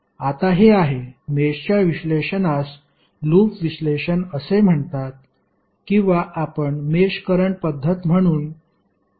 आता हे आहे मेषच्या विश्लेषणास लूप विश्लेषण असे म्हणतात किंवा आपण मेष करंट पद्धत म्हणून म्हणू शकतो